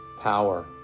power